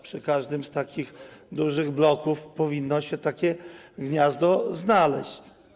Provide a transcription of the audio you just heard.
Przy każdym z takich dużych bloków powinno się takie gniazdo znaleźć.